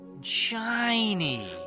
shiny